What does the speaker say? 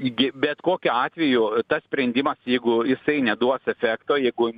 gi bet kokiu atveju tas sprendimas jeigu jisai neduos efekto jeigu